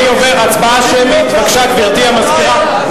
הצבעה שמית, בבקשה, גברתי המזכירה.